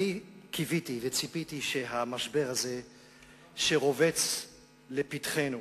קיוויתי וציפיתי שהמשבר הזה שרובץ לפתחנו